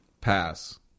Pass